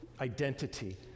identity